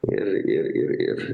ir ir ir ir